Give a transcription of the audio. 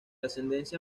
ascendencia